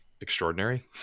extraordinary